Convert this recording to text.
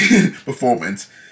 performance